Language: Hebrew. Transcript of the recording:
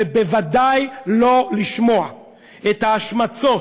ובוודאי לא לשמוע את ההשמצות